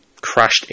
crashed